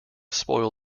spoil